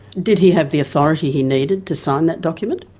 did he have the authority he needed to sign that document?